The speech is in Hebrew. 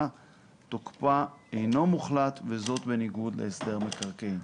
תוקפה אינה מוחלט וזאת בניגוד להסדר מקרקעין".